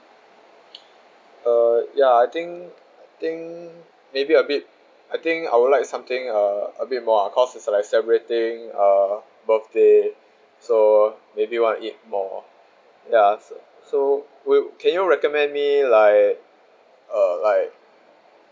uh ya I think I think maybe a bit I think I would like something a a bit more cause is like celebrating a birthday so maybe want eat more ya so will can you recommend me like uh like